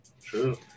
true